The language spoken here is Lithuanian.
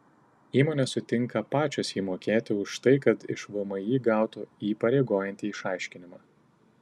įmonės sutinka pačios jį mokėti už tai kad iš vmi gautų įpareigojantį išaiškinimą